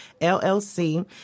LLC